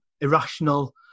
irrational